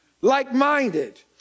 like-minded